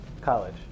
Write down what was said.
College